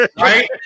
Right